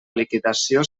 liquidació